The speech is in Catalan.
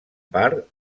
part